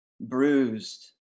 bruised